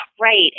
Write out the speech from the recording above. Right